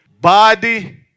body